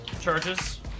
charges